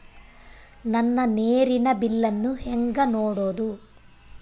ನನ್ನ ನೇರಿನ ಬಿಲ್ಲನ್ನು ಹೆಂಗ ನೋಡದು?